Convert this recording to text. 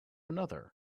another